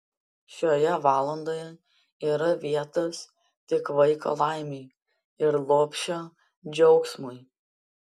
šioje valandoje yra vietos tik vaiko laimei ir lopšio džiaugsmui